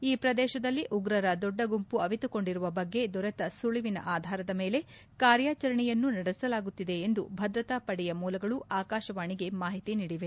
ಈ ಪ್ರದೇಶದಲ್ಲಿ ಉಗ್ರರ ದೊಡ್ಡ ಗುಂಪು ಅವಿತುಕೊಂಡಿರುವ ಬಗ್ಗೆ ದೊರೆತ ಸುಳಿವಿನ ಆಧಾರದ ಮೇಲೆ ಕಾರ್ಯಾಚರಣೆಯನ್ನು ನಡೆಸಲಾಗುತ್ತಿದೆ ಎಂದು ಭದ್ರತಾ ಪಡೆಯ ಮೂಲಗಳು ಆಕಾಶವಾಣಿಗೆ ಮಾಹಿತಿ ನೀಡಿವೆ